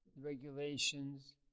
regulations